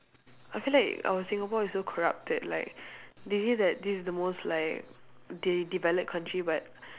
I feel like our singapore is so corrupted like they say that this is the most like de~ developed country but